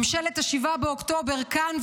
ממשלת השבעה באוקטובר כאן,